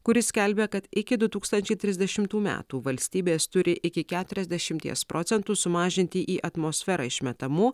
kuris skelbia kad iki du tūkstančiai trisdešimtų metų valstybės turi iki keturiasdešimties procentų sumažinti į atmosferą išmetamų